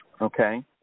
okay